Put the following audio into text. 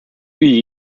wie